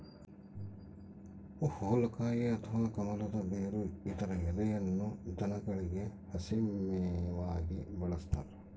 ಹುಲಿಕಾಯಿ ಅಥವಾ ಕಮಲದ ಬೇರು ಇದರ ಎಲೆಯನ್ನು ದನಗಳಿಗೆ ಹಸಿ ಮೇವಾಗಿ ಬಳಸ್ತಾರ